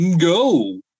Go